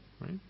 right